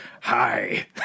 hi